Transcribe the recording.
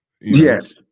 Yes